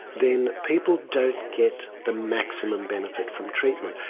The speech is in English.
then people don't get the maximum benefit from treatment.